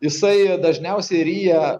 jisai dažniausiai ryja